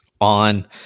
on